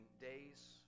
days